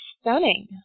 stunning